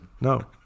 No